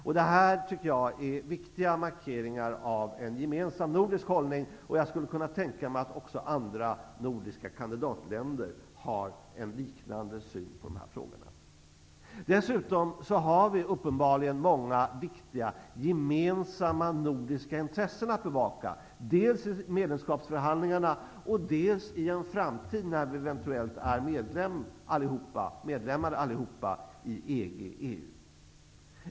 Jag tycker att detta är viktiga markeringar av en gemensam nordisk hållning, och jag skulle kunna tänka mig att också andra nordiska kandidatländer har en liknande syn på dessa frågor. Dessutom har vi uppenbarligen många viktiga gemensamma nordiska intressen att bevaka, dels i medlemskapsförhandlingarna, dels i en framtid när vi eventuellt allihopa är medlemmar i EG/EU.